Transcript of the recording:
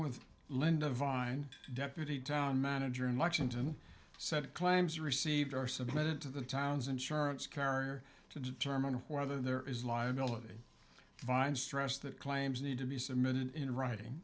with linda vine deputy town manager in lexington said claims received are submitted to the town's insurance carrier to determine whether there is liability vine stress that claims need to be submitted in writing